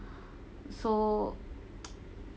so